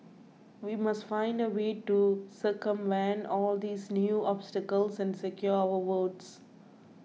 we must find a way to circumvent all these new obstacles and secure our votes